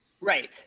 Right